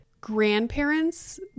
grandparents